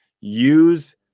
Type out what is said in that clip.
Use